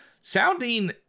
sounding